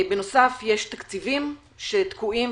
בנוסף יש תקציבים שתקועים,